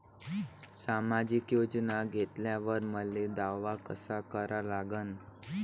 सामाजिक योजना घेतल्यावर मले दावा कसा करा लागन?